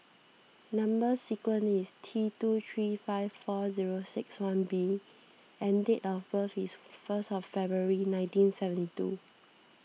Number Sequence is T two three five four zero six one B and date of birth is first of February nineteen seventy two